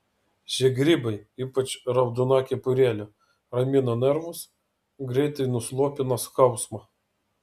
šie grybai ypač raudona kepurėle ramina nervus greitai nuslopina skausmą